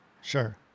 Sure